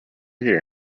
here